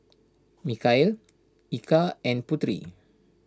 Mikhail Eka and Putri